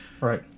right